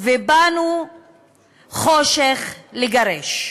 ו"באנו חושך לגרש"